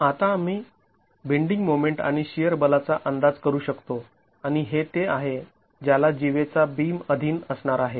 आता आम्ही bending moment आणि शिअर बलाचा अंदाज करू शकतो आणि हे ते आहे ज्याला जीवेचा बीम अधीन असणार आहे